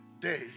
day